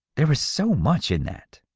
there is so much in that!